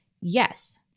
Yes